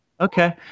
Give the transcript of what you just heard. Okay